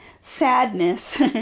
sadness